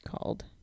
called